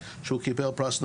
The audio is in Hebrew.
אנחנו מצלמים את בתי הספר,